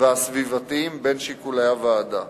והסביבתיים בין שיקולי הוועדה.